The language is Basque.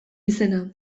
izena